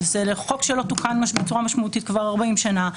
שזה לחוק שלא תוקן ממש בצורה משמעותית כבר 40 שנה,